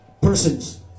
persons